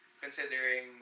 considering